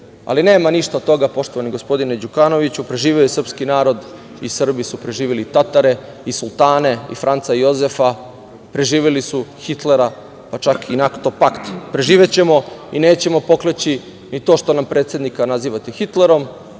Ali nema ništa od toga, poštovani gospodine Đukanoviću. Preživeo je srpski narod i Srbi su preživeli Tatare i sultane i Franca Jozefa, preživeli su i Hitlera, pa čak i NATO pakt. Preživećemo i nećemo pokleći i to što nam predsednika nazivate Hitlerom,